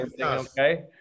Okay